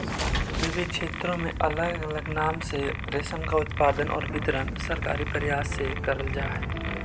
विविध क्षेत्रों में अलग अलग नाम से रेशम का उत्पादन और वितरण सरकारी प्रयास से करल जा हई